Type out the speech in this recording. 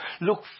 look